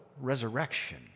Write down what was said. resurrection